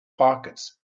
pockets